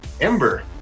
Ember